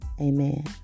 amen